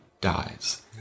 dies